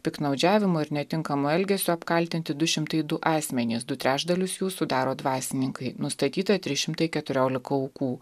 piktnaudžiavimu ir netinkamu elgesiu apkaltinti du šimtai du asmenys du trečdalius jų sudaro dvasininkai nustatyta trys šimtai keturiolika aukų